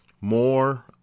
More